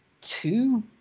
two